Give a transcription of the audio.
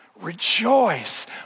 Rejoice